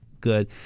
good